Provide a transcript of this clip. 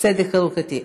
צדק חלוקתי.